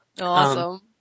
Awesome